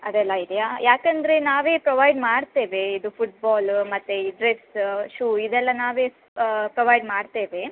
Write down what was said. ಅದೆಲ್ಲ ಇದೆಯಾ ಯಾಕೆಂದ್ರೆ ನಾವೇ ಪ್ರೊವೈಡ್ ಮಾಡ್ತೇವೆ ಇದು ಫುಟ್ಬಾಲ್ ಮತ್ತೆ ಈ ಡ್ರೆಸ್ ಶೂ ಇದೆಲ್ಲ ನಾವೇ ಪ್ರೊವೈಡ್ ಮಾಡ್ತೇವೆ